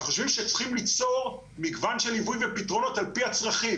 אנחנו חושבים שצריך ליצור מגוון של ליווים ופתרונות על פי הצרכים.